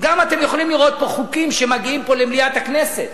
גם אתם יכולים לראות פה חוקים שמגיעים למליאת הכנסת,